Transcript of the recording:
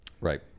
Right